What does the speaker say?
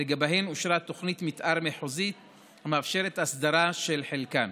שלגביהן אושרה תוכנית מתאר מחוזית המאפשרת הסדרה של חלקן.